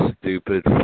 stupid